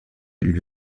lui